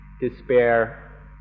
despair